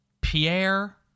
Pierre